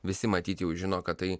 visi matyt jau žino kad tai